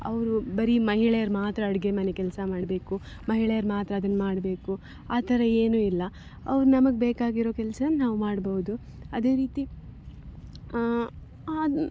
ಅವರು ಬರೀ ಮಹಿಳೆರು ಮಾತ್ರ ಅಡಿಗೆ ಮನೆ ಕೆಲಸ ಮಾಡಬೇಕು ಮಹಿಳೆಯರು ಮಾತ್ರ ಅದನ್ನು ಮಾಡಬೇಕು ಆ ಥರ ಏನು ಇಲ್ಲ ಅವ್ರು ನಮಗೆ ಬೇಕಾಗಿರೋ ಕೆಲ್ಸವನ್ನು ನಾವು ಮಾಡ್ಬೋದು ಅದೇ ರೀತಿ ಅದು